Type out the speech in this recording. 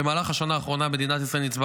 במהלך השנה האחרונה מדינת ישראל ניצבה